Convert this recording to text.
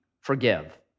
forgive